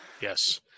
Yes